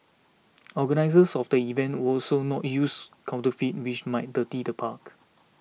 organisers of the event will also not use confetti which might dirty the park